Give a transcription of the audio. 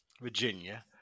Virginia